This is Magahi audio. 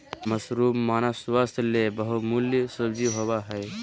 मशरूम मानव स्वास्थ्य ले बहुमूल्य सब्जी होबय हइ